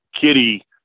Kitty